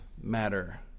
matter